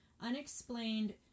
unexplained